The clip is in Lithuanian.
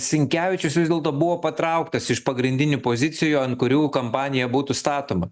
sinkevičius vis dėlto buvo patrauktas iš pagrindinių pozicijų ant kurių kampanija būtų statoma